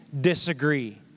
disagree